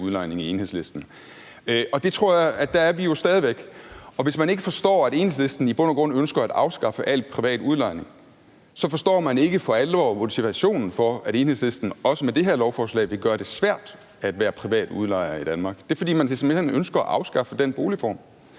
udlejning i Enhedslisten. Og jeg tror jo stadig væk, vi er dér, og hvis man ikke forstår, at Enhedslisten i bund og grund ønsker at afskaffe al privat udlejning, så forstår man ikke for alvor motivationen for, at Enhedslisten også med det her lovforslag vil gøre det svært at være privat udlejer i Danmark. Det er, fordi man simpelt hen ønsker at afskaffe den boligform.